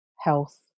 health